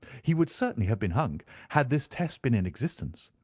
he would certainly have been hung had this test been in existence.